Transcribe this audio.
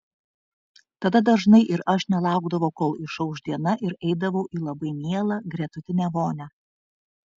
tada dažnai ir aš nelaukdavau kol išauš diena ir eidavau į labai mielą gretutinę vonią